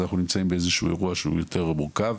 אז אנחנו נמצאים באיזה שהוא אירוע שהוא יותר מורכב,